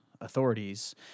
authorities